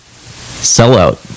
Sellout